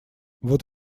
вот